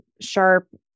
sharp